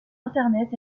internet